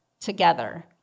together